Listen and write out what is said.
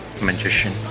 magician